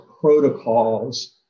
protocols